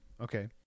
okay